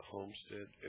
Homestead